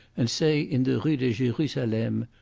and say in the rue de jerusalem,